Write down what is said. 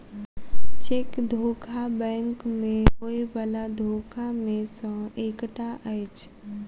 cheque धोखा bank मे होयबला धोखा मे सॅ एकटा अछि